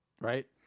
Right